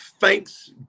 thanks